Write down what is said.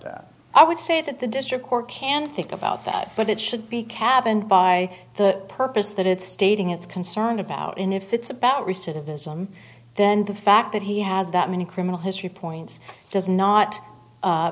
that i would say that the district court can think about that but it should be cabined by the purpose that it's stating it's concerned about and if it's about recidivism then the fact that he has that many criminal history points does not